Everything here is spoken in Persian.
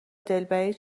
دلبری